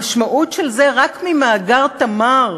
המשמעות של זה, רק ממאגר "תמר"